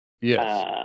Yes